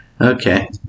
Okay